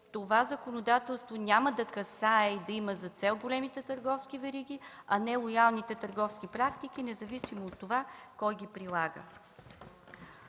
това законодателство няма да касае и да има за цел големите търговски вериги, а нелоялните търговски практики, независимо от това кой ги прилага.